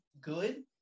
good